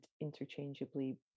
interchangeably